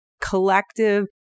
collective